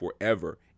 forever